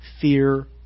fear